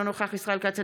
אינו נוכח ישראל כץ,